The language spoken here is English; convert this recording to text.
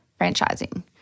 franchising